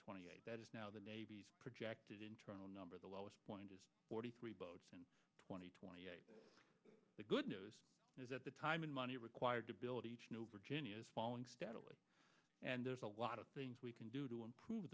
twenty eight that is now the navy's projected internal numbers the lowest point is forty three boats in two thousand and twenty eight the good news is that the time and money required to build each new virginia is falling steadily and there's a lot of things we can do to improve